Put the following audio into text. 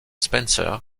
spencer